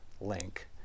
link